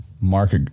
Mark